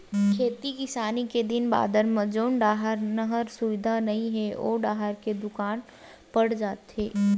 खेती किसानी के दिन बादर म जउन डाहर नहर सुबिधा नइ हे ओ डाहर तो दुकाल पड़ जाथे